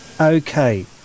Okay